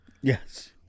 Yes